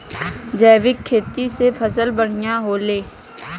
जैविक खेती से फसल बढ़िया होले